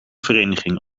vereniging